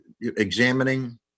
examining